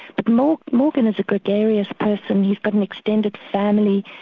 but morgan morgan is a gregarious person, he's got an extended family,